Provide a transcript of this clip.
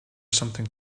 something